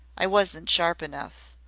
i wasn't sharp enough.